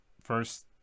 first